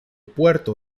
puerto